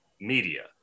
media